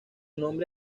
nombre